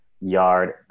yard